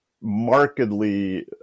markedly